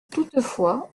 toutefois